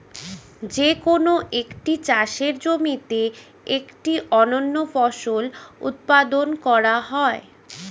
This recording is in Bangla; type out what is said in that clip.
যে কোন একটি চাষের জমিতে একটি অনন্য ফসল উৎপাদন করা হয়